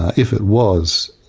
if it was,